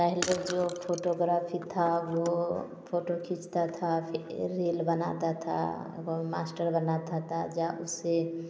पहले जो फोटोग्राफी था वो फोटो खींचता था रियल बनाता था वो मास्टर बनाता था जब से